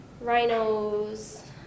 rhinos